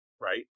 Right